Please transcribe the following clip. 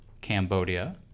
Cambodia